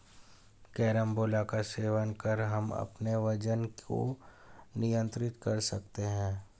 carambola का सेवन कर हम अपने वजन को नियंत्रित कर सकते हैं